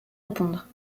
répondre